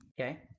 Okay